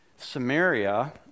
Samaria